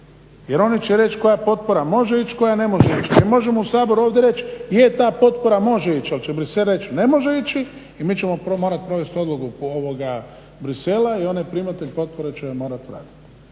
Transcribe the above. Jer oni će reći koja potpora može ići, koja ne može ići. Mi možemo u Saboru ovdje reći je ta potpora može ići, ali će Bruxelles reći ne može ići i mi ćemo prvo morati provesti odluku Bruxellesa i onaj primatelj potpore će je morati vratiti.